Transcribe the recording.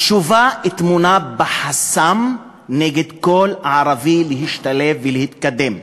התשובה טמונה בחסם נגד כל ערבי להשתלב ולהתקדם,